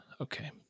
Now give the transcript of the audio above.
Okay